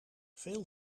veel